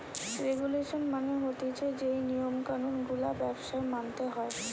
regulation মানে হতিছে যেই নিয়ম কানুন গুলা ব্যবসায় মানতে হয়